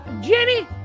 Jenny